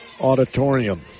Auditorium